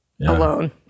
alone